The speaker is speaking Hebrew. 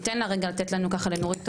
ניתן לה רגע לתת לנו, לנורית.